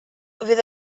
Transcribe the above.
fydd